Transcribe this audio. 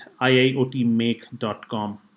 iiotmake.com